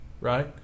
right